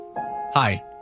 Hi